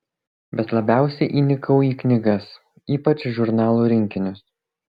bet labiausiai įnikau į knygas ypač žurnalų rinkinius